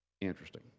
Interesting